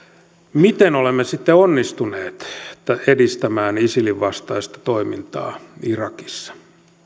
miten olemme sitten onnistuneet edistämään isilin vastaista toimintaa irakissa